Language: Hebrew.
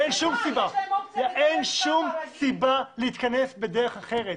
אין שום סיבה להתכנס בדרך אחרת.